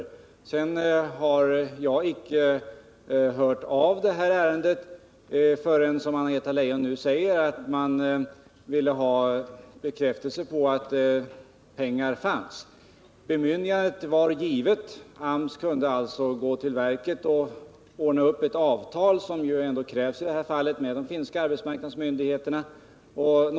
Därefter har jag icke hört av ärendet förrän, som Anna Greta Leijon nu säger, man ville ha bekräftelse på att det fanns pengar till verksamheten. Bemyndigandet var givet, och AMS kunde alltså gå till verket och träffa ett avtal med de finska arbetsmarknadsmyndigheterna — vilket ju krävs i det här fallet.